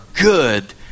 good